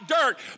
dirt